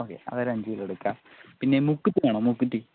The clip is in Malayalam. ഓക്കേ അതൊരു അഞ്ച് കിലോ എടുക്കാം പിന്നെ മൂക്കുറ്റി വേണോ മൂക്കുറ്റി